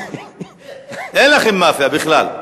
אין לכם מאפיה בכלל.